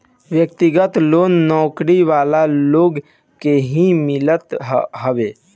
व्यक्तिगत लोन नौकरी वाला लोग के ही मिलत हवे